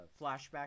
flashback